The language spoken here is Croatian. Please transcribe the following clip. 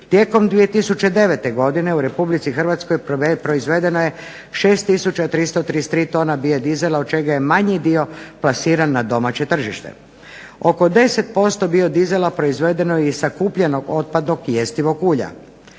Tijekom 2009. godine u Republici Hrvatskoj proizvedeno je 6333 tona biodizela od čega je manji dio plasiran na domaće tržište. Oko 10% biodizela proizvedeno je iz sakupljenog otpadnog i jestivog ulja.